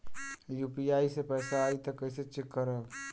UPI से पैसा आई त कइसे चेक खरब?